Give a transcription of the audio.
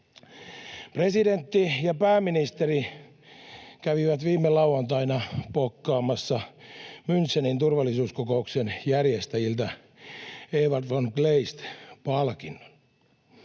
Presidentti ja pääministeri kävivät viime lauantaina pokkaamassa Münchenin turvallisuuskokouksen järjestäjiltä Ewald von Kleist ‑palkinnon.